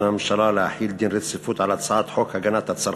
הממשלה להחיל דין רציפות על הצעת חוק הגנת הצרכן,